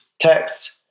text